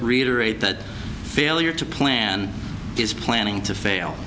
reiterate that failure to plan is planning to fail